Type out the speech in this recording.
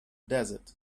desert